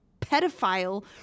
pedophile